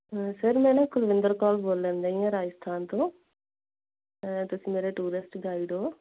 sir ਮੈਂ ਨਾ ਕੁਲਵਿੰਦਰ ਕੌਰ ਬੋਲਣ ਡੀ ਹਾਂ ਰਾਜਸਥਾਨ ਤੋਂ ਤੁਸੀਂ ਮੇਰੇ ਟੂਰਿਸਟ ਗਾਈਡ ਹੋ